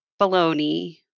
baloney